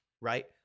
right